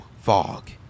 fog